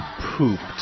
pooped